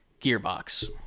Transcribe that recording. Gearbox